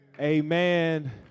amen